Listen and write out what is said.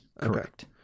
correct